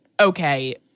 okay